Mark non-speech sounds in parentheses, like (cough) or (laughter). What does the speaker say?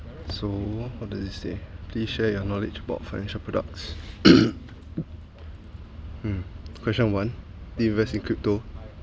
so what what does it say please share your knowledge about financial products (coughs) hmm question one do you invest in crypto